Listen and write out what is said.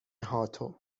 هاتو